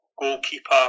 goalkeeper